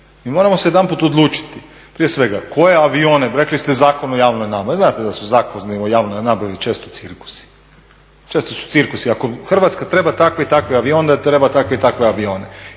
mi moramo se jedanput odlučiti prije svega koje avione, rekli ste Zakon o javnoj nabavi. Znate da su Zakoni o javnoj nabavi često cirkusi, često su cirkusi, ako Hrvatska treba takve i takve avione, onda treba takve i takve avione.